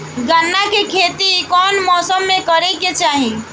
गन्ना के खेती कौना मौसम में करेके चाही?